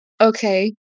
okay